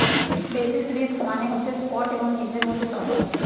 basis risk মানে হচ্ছে spot এবং হেজের মধ্যে তফাৎ